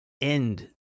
end